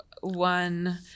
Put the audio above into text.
one